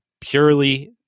purely